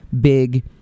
Big